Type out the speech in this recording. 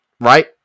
right